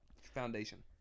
Foundation